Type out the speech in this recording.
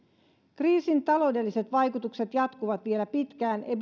kriisin taloudelliset vaikutukset jatkuvat vielä pitkään